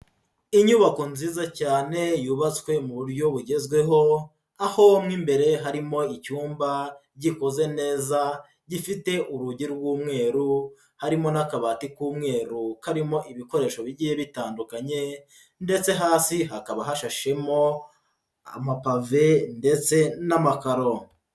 Inyubako nziza cyane yubatswe mu buryo bugezweho, aho mo imbere harimo icyumba gikoze neza, gifite urugi rw'umweru, harimo n'akabati k'umweru karimo ibikoresho bigiye bitandukanye ndetse hasi hakaba hashashemo amapave ndetse n'amakaro.